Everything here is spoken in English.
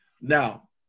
Now